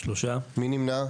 3 נמנעים,